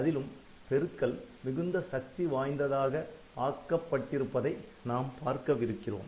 அதிலும் பெருக்கல் மிகுந்த சக்தி வாய்ந்ததாக ஆக்கப் பட்டிருப்பதை நாம் பார்க்கவிருக்கிறோம்